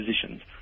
positions